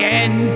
end